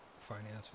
financial